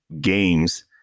games